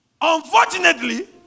Unfortunately